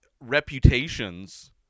reputations